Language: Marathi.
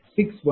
000269820